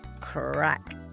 Crack